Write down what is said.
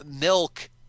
milk